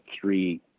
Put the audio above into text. three